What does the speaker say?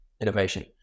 innovation